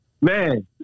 man